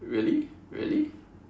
really really